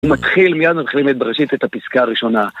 מתחיל מיד מתחילים את בראשית את הפסקה הראשונה